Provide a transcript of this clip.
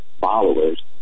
followers